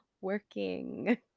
working